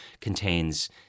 contains